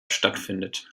stattfindet